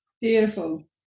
Beautiful